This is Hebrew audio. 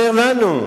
אומר לנו,